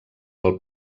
del